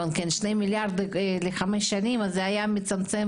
מיליארד לחמש שנים, אז זה היה מצמצם